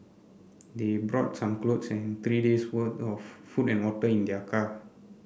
they brought some clothes and three days' worth of food and water in their car